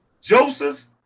Joseph